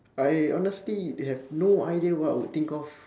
I honestly have no idea what I will think of